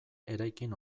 eraikin